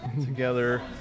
together